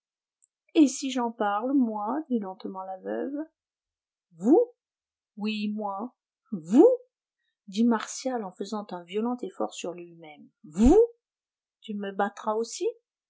et si j'en parle moi dit lentement la veuve vous oui moi vous dit martial en faisant un violent effort sur lui-même vous tu me battras aussi